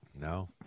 No